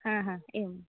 हा हा एवं